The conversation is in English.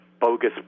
bogus